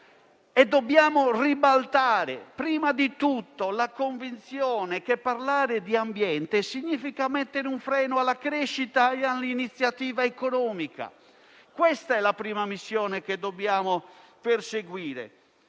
Dobbiamo anzitutto ribaltare la convinzione che parlare di ambiente significhi mettere un freno alla crescita e all'iniziativa economica: questa è la prima missione che dobbiamo perseguire.